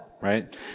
Right